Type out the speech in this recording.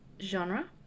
genre